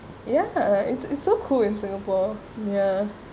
ya it's it's so cool in singapore ya